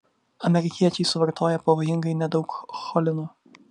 amerikiečiai suvartoja pavojingai nedaug cholino